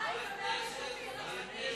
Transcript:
היית שלוש שנים,